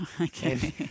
okay